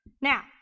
Now